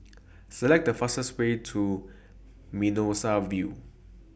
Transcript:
Select The fastest Way to Mimosa View